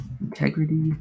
Integrity